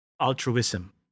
altruism